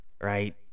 right